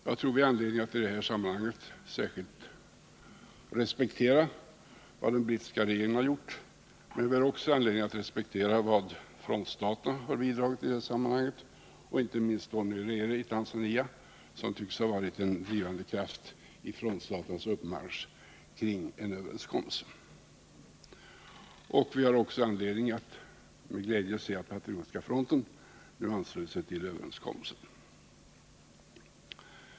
Jag tror att vi har anledning att i det sammanhanget särskilt respektera vad den brittiska regeringen gjort, men vi har också anledning att respektera vad frontstaterna har bidragit med, inte minst Nyerere i Tanzania, som tycks ha varit en drivande kraft i frontstaternas uppmarsch kring överenskommelsen. Vi har också anledning att med glädje se att Patriotiska fronten nu anslutit sig till överenskommelsen.